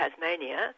Tasmania